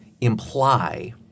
imply